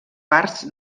parts